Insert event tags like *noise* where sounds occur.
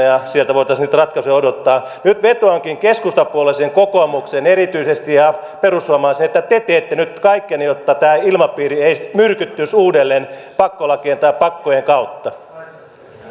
*unintelligible* ja sieltä voitaisiin niitä ratkaisuja odottaa nyt vetoankin keskustapuolueeseen kokoomukseen erityisesti ja perussuomalaisiin että te teette nyt kaikkenne jotta tämä ilmapiiri ei myrkyttyisi uudelleen pakkolakien tai pakkojen kautta